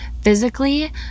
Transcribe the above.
physically